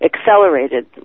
accelerated